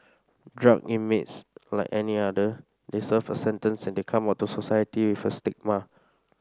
drug inmates like any other they serve a sentence and they come out to society with a stigma